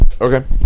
Okay